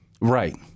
Right